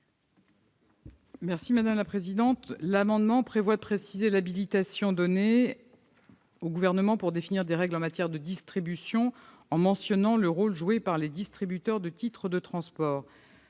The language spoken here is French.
l'avis du Gouvernement ? L'amendement tend à préciser l'habilitation donnée au Gouvernement pour définir des règles en matière de distribution, en mentionnant le rôle joué par les distributeurs de titres de transport.